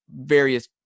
various